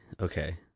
okay